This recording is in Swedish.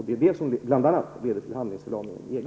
Det är bl.a. detta som lett till handlingsförlamningen inom EG.